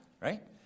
right